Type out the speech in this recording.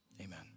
amen